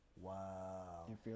Wow